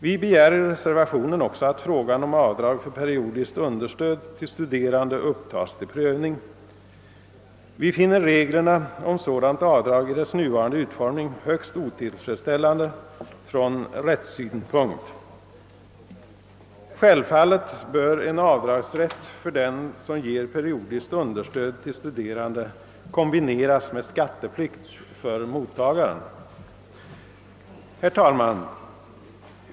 Vi begär i reservationen att frågan om avdrag för periodiskt understöd till studerande också upptas till prövning. Vi finner reglerna om sådant avdrag i deras nuvarande utformning högst otillfredsställande från rättssynpunkt. Självfallet bör rätt till avdrag för periodiskt understöd till studerande kombineras med skatteplikt för mottagaren. Herr talman!